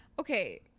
Okay